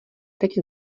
teď